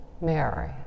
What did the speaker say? Mary